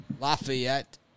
Lafayette